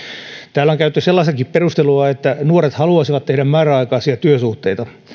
täällä on käytetty sellaistakin perustelua että nuoret haluaisivat tehdä määräaikaisia työsuhteita